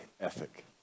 ethic